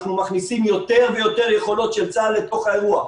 אנחנו מכניסים יותר ויותר יכולות של צה"ל אל תוך האירוע.